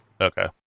okay